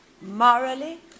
morally